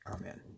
Amen